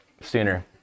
sooner